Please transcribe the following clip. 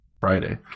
Friday